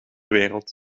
wereld